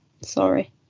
sorry